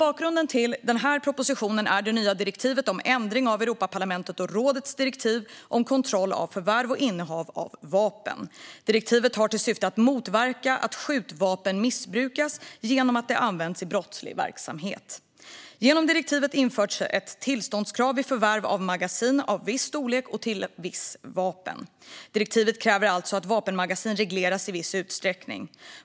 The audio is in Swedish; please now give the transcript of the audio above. Bakgrunden till denna proposition är det nya direktivet om ändring av Europaparlamentets och rådets direktiv om kontroll av förvärv och innehav av vapen. Direktivet har till syfte att motverka att skjutvapen missbrukas genom att de används i brottslig verksamhet. Genom direktivet införs ett tillståndskrav vid förvärv av magasin av en viss storlek och till vissa vapen. Direktivet kräver alltså att vapenmagasin regleras i viss utsträckning.